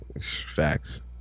Facts